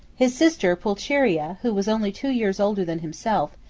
his sister pulcheria, who was only two years older than himself,